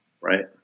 right